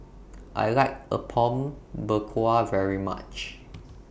I like Apom Berkuah very much